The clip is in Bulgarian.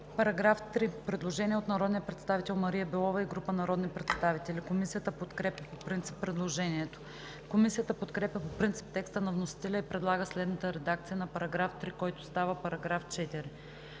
По § 9 има предложение от народния представител Мария Белова и група народни представители. Комисията подкрепя предложението. Комисията подкрепя по принцип текста на вносителя и предлага следната редакция на § 9, който става §11: „§